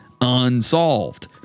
unsolved